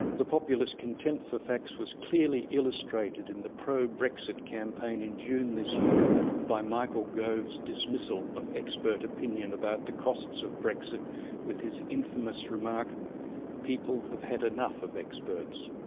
the populist contempt for facts was clearly illustrated in the pro-brexit campaign in june this year by michael gove's dismissal of expert opinion about the costs of brexit with his infamous remark people have had enough of experts.